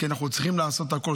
אנחנו צריכים לעשות הכול.